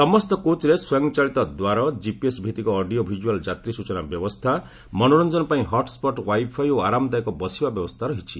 ସମସ୍ତ କୋଚ୍ରେ ସ୍ୱୟଂ ଚାଳିତ ଦ୍ୱାର କିପିଏସ୍ ଭିତ୍ତିକ ଅଡିଓ ଭିଜ୍ୱାଲ୍ ଯାତ୍ରୀ ସ୍ବଚନା ବ୍ୟବସ୍ଥା ମନୋରଞ୍ଜନ ପାଇଁ ହଟ୍ସଟ୍ ୱାଇଫାଇ ଓ ଆରାମ ଦାୟକ ବସିବା ବ୍ୟବସ୍ଥା ରହିଛି